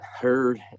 heard